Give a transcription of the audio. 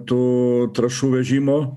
tų trąšų vežimo